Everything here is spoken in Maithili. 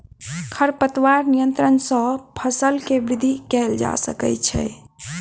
खरपतवार नियंत्रण सॅ फसीलक वृद्धि कएल जा सकै छै